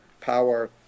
power